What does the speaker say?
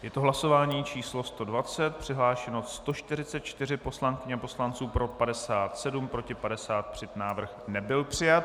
Je to hlasování číslo 120, přihlášeno je 144 poslankyň a poslanců, pro 57, proti 53, návrh nebyl přijat.